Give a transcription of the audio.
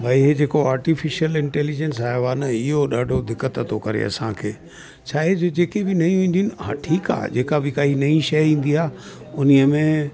भाई हे जेको आर्टिफिशियल इंटेलिजेंस आयो आहे न इहो ॾाढो दिक़त थो करे असांखे छा आहे जेके बि नई ईंदियूं आहिनि हा ठीकु आहे जेका बि का नई शइ ईंदी आहे उनिअ में